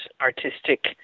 artistic